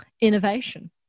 innovation